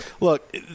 Look